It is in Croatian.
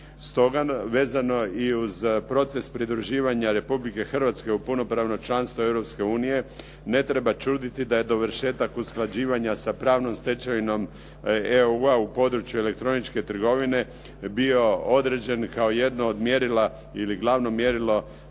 Stoga, vezano i uz proces pridruživanja Republike Hrvatske u punopravno članstvo Europske unije ne treba čuditi da je dovršetak usklađivanja sa pravnom stečevinom EU-a u području elektroničke trgovine bio određen kao jedno od mjerila ili glavno mjerilo